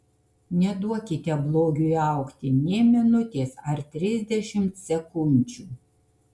neduokite blogiui augti nė minutės ar trisdešimt sekundžių